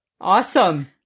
awesome